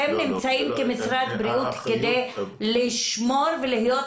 אתם נמצאים כמשרד בריאות כדי לשמור ולהיות